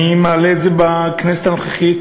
אני מעלה את זה בכנסת הנוכחית